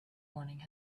morning